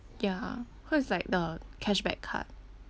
ya cause it's like the cashback card